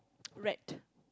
rat